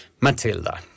Matilda